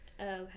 okay